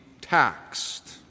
taxed